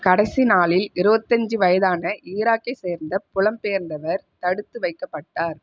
கடைசி நாளில் இருவத்தஞ்சு வயதான ஈராக்கை சேர்ந்த புலம் பெயர்ந்தவர் தடுத்து வைக்கப்பட்டார்